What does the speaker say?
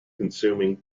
consuming